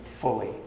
fully